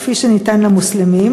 כפי שניתן למוסלמים,